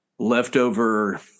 leftover